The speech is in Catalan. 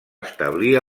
establir